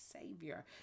savior